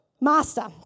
Master